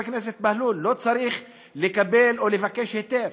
חבר כנסת בהלול, אפילו לא צריך לבקש היתר.